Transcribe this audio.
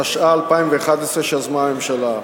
התשע"א 2011, שיזמה הממשלה.